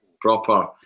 proper